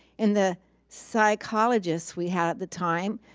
and the psychologists we had at the time,